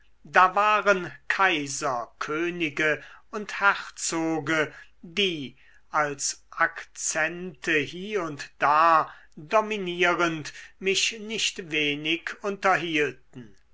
da waren kaiser könige und herzoge die als akzente hie und da dominierend mich nicht wenig unterhielten